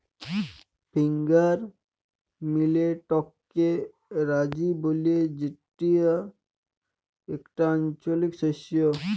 finger মিলেটকে রাজি ব্যলে যেটি একটি আঞ্চলিক শস্য